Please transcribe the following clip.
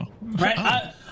Right